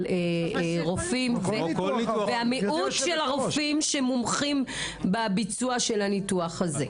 רופאים והמיעוט של הרופאים שמומחים בביצוע הניתוח הזה.